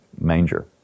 Manger